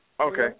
Okay